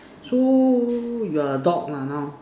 so you're a dog lah now